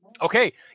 okay